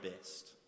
best